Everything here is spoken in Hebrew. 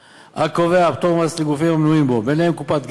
הקובע פטור ממס לגופים המנויים בו, ובהם קופת גמל,